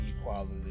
equality